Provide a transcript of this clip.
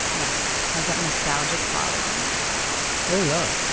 yes. has that nostalgic quality oh, yeah